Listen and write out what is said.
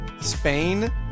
Spain